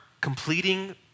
completing